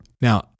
Now